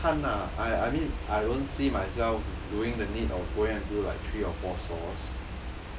看啊 I I mean I don't see myself doing the need of going until like three or four stores